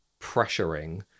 pressuring